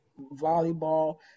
volleyball